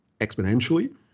exponentially